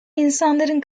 insanların